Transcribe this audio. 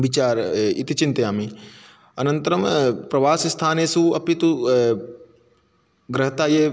विचारः इति चिन्तयामि अनन्तरं प्रवासिस्थानेषु अपि तु गृहतः एव